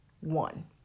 one